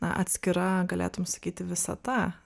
na atskira galėtum sakyti visata